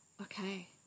Okay